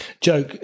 Joe